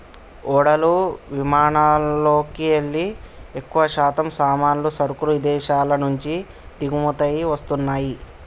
ఓడలు విమానాలల్లోకెల్లి ఎక్కువశాతం సామాన్లు, సరుకులు ఇదేశాల నుంచి దిగుమతయ్యి వస్తన్నయ్యి